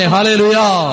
Hallelujah